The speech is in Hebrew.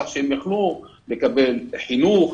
כך שהם יכלו לקבל חינוך,